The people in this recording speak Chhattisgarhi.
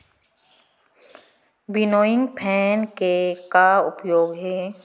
विनोइंग फैन के का उपयोग हे?